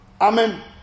Amen